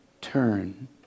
turn